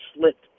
slipped